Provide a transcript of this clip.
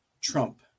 Trump